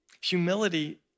Humility